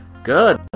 Good